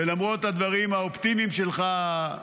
ולמרות הדברים האופטימיים שלך,